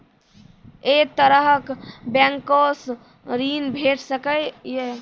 ऐ तरहक बैंकोसऽ ॠण भेट सकै ये?